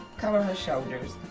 cover her shoulders